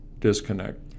disconnect